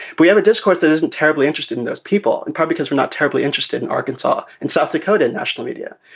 we have a discourse that isn't terribly interested in those people, in part because we're not terribly interested in arkansas and south dakota national media.